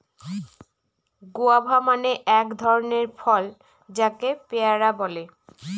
guava মানে এক ধরনের ফল যাকে পেয়ারা বলে